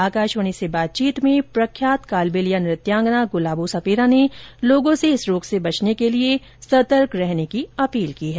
इसी के तहत आकाशवाणी से बातचीत में प्रख्यात कालबेलिया नृत्यांगना गुलाबो सपेरा ने लोगों से इस रोग से बचने के लिए सतर्क रहने की अपील की है